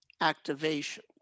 activation